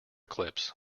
clips